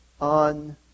on